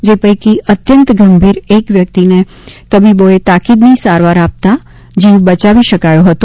જે પૈકી અત્યંત ગંભીર એક વ્યક્તિને તબીબોએ તાકીદની સારવાર આપતા જીવ બચાવી શકાયો હતો